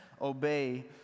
obey